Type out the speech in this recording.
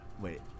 Wait